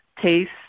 taste